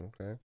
Okay